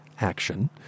action